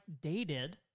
dated